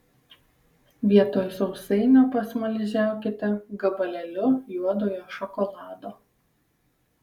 vietoj sausainio pasmaližiaukite gabalėliu juodojo šokolado